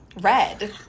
red